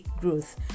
growth